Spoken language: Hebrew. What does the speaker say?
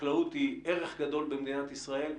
החקלאות היא ערך גדול במדינת ישראל.